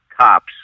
cops